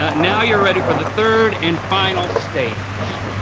now you're ready for the third and final stage.